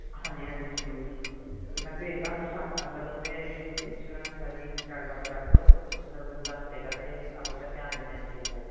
ਹਾਂਜੀ ਹਾਂਜੀ ਜ਼ਰੂਰ ਅਤੇ ਮੈਂ ਭੇਜ ਤਾ ਆਪਣੇ ਸਟਾਫ ਮੈਂਬਰ ਨੂੰ ਅਤੇ ਤੁਸੀਂ ਉਹਨਾਂ ਨਾਲ ਸਾਰੀ ਗੱਲਬਾਤ ਕਰ ਦਿਓ ਅਤੇ ਫਿਰ ਮੈਨੂੰ ਦੱਸ ਦੇਵੇਗਾ ਅਤੇ ਆਪਾਂ ਫਿਰ ਧਿਆਨ ਦਿੰਦੇ ਇਸ ਚੀਜ਼ ਬਾਰੇ